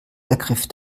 ergriff